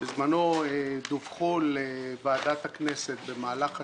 שבזמנו דווחו לוועדת הכנסת במהלך השנים,